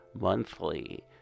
monthly